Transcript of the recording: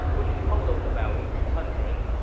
which totaled about three hundred.